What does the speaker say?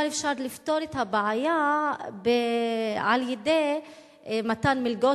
אבל אפשר לפתור את הבעיה על-ידי מתן מלגות